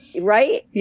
Right